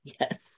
yes